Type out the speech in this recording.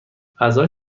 اعضای